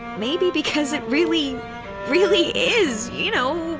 maybe because it really really is, you know.